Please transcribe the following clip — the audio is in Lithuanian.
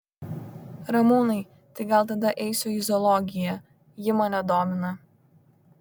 ramūnai tai gal tada eisiu į zoologiją ji mane domina